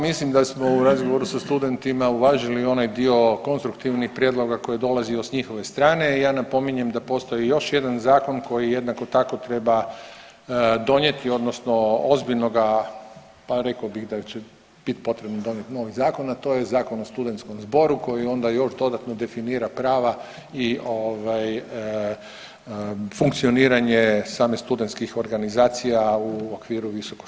Mislim da smo u razgovoru sa studentima uvažili onaj dio konstruktivnih prijedloga koji je dolazio s njive strane i ja napominjem da postoji još jedan zakon koji jednako tako treba donijeti odnosno ozbiljno ga, pa rekao bih da će biti potrebno donijeti novi zakon, a to je Zakon o studentskom zboru koji onda još dodatno definira prava i funkcioniranje samih studentskih organizacija u okviru visokoškolskog sustva.